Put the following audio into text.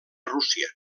rússia